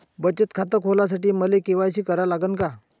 बचत खात खोलासाठी मले के.वाय.सी करा लागन का?